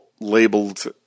labeled